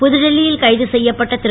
புதுடில்லி யில் கைது செய்யப்பட்ட திரு